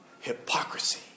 hypocrisy